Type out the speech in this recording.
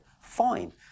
fine